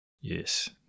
yes